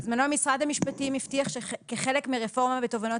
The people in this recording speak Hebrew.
בזמנו משרד המשפטים הבטיח שכחלק מרפורמה בתובענות